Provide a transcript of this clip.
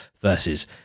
versus